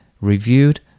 reviewed